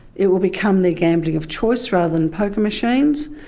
it will become their gambling of choice rather than poker machines,